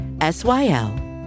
S-Y-L